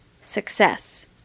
success